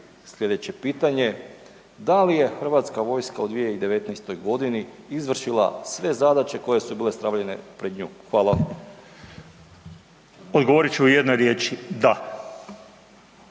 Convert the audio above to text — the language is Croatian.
sljedeće pitanje, da li je Hrvatska vojska u 2019.-oj godini izvršila sve zadaće koje su joj bile stavljene pred nju? Hvala. **Jakop, Zdravko** Odgovorit ću u jednoj riječi, da.